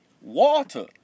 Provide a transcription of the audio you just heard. Water